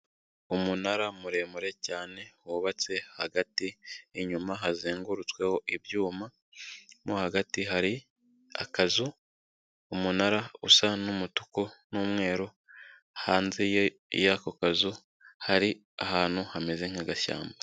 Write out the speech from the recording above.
Umunara muremure cyane wubatse hagati, inyuma hazengurutsweho ibyuma mo hagati hari akazu, umunara usa n'umutuku n'umweru, hanze y'ako kazu hari ahantu hameze nk'agashyamba.